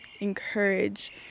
encourage